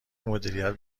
مدیریت